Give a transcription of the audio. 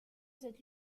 cette